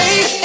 Hey